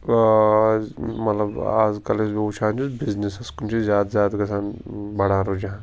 مطلب اَزکَل یُس بہٕ وُچھان چھُس بِزنِسَس کُن چھُ زیادٕ زیادٕ گَژھان بڑان رحجان